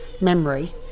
memory